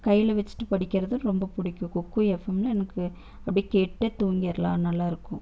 கையில் வச்சுட்டு படிக்கிறதும் ரொம்ப பிடிக்கும் குக்கூ எஃப்எம்மில் எனக்கு அப்படியே கேட்டுகிட்டே தூங்கிடலாம் நல்லா இருக்கும்